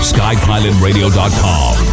SkyPilotRadio.com